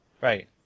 Right